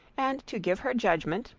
and to give her judgment,